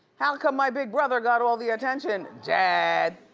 how come my big brother got all the attention, dad?